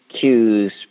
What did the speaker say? cues